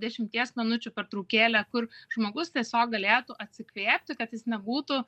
dešimties minučių pertraukėlę kur žmogus tiesiog galėtų atsikvėpti kad jis nebūtų